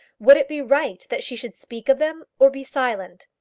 would it be right that she should speak of them, or be silent?